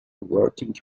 averting